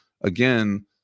again